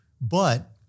But-